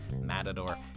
Matador